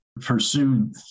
pursued